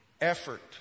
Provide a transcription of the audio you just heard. effort